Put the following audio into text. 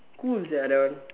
cool sia that one